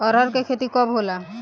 अरहर के खेती कब होला?